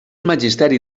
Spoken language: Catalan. magisteri